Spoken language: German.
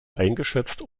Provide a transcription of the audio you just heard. eingeschätzt